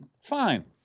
fine